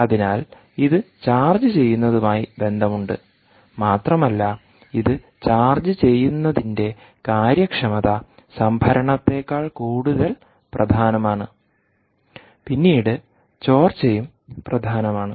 അതിനാൽ ഇത് ചാർജ് ചെയ്യുന്നതുമായി ബന്ധമുണ്ട് മാത്രമല്ല ഇത് ചാർജ് ചെയ്യുന്നതിന്റെ കാര്യക്ഷമത സംഭരണത്തേക്കാൾ കൂടുതൽ പ്രധാനമാണ് പിന്നീട് ചോർച്ചയും പ്രധാനമാണ്